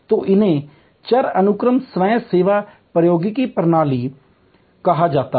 तो इन्हें चर अनुक्रम स्वयं सेवा प्रौद्योगिकी प्रणाली variable sequence self service technology system कहा जाता है